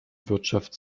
wirtschaft